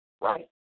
right